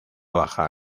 baja